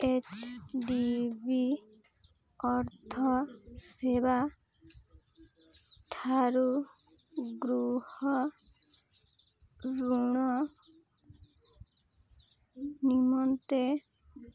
H D B ଅର୍ଥ ସେବାଠାରୁ ଗୃହ ଋଣ ନିମନ୍ତେ